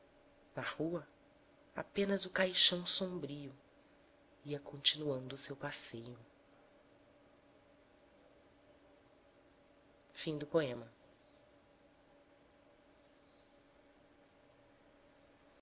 na rua apenas o caixão sombrio ia continuando o seu passeio